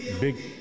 big